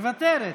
מוותרת,